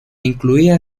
incluía